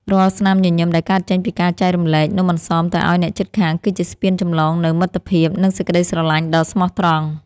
រាល់ស្នាមញញឹមដែលកើតចេញពីការចែករំលែកនំអន្សមទៅឱ្យអ្នកជិតខាងគឺជាស្ពានចម្លងនូវមិត្តភាព និង សេចក្ដីស្រឡាញ់ដ៏ស្មោះត្រង់។